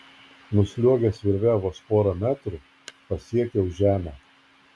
nusliuogęs virve vos porą metrų pasiekiau žemę